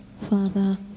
Father